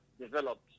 developed